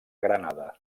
granada